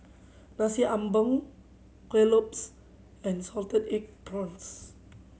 Nasi Ambeng Kuih Lopes and salted egg prawns